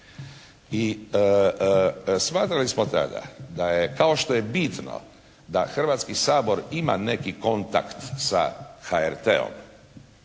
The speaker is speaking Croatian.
I shvatili smo tada da je kao što je bitno da Hrvatski sabor ima neki kontakt sa HRT-om